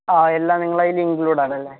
ആ എല്ലാം നിങ്ങളുടെ അതില് ഇൻക്ലൂഡ് ആണല്ലേ